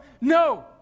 No